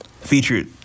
featured